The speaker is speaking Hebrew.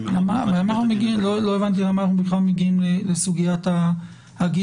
--- לא הבנתי למה אנחנו בכלל מגיעים לסוגיית העגינות.